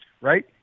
right